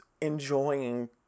enjoying